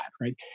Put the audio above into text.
right